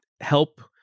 help